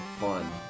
fun